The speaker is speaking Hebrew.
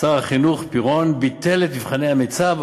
שר החינוך פירון ביטל את מבחני המיצ"ב,